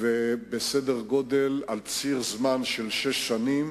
על ציר זמן של שש שנים,